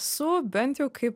su bent jau kaip